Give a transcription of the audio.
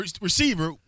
receiver